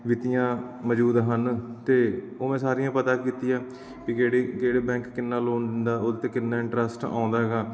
ਵਿਧੀਆਂ ਮੌਜੂਦ ਹਨ ਅਤੇ ਉਹ ਮੈਂ ਸਾਰੀਆਂ ਪਤਾ ਕੀਤੀਆਂ ਵੀ ਕਿਹੜੇ ਕਿਹੜੇ ਬੈਂਕ ਕਿੰਨਾ ਲੋਨ ਦਿੰਦਾ ਉਹਦੇ 'ਤੇ ਕਿੰਨਾ ਇੰਟਰਸਟ ਆਉਂਦਾ ਹੈਗਾ